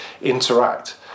interact